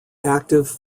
active